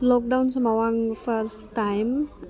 lockdown समाव आं fast time